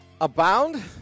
abound